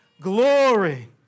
Glory